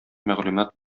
мәгълүмат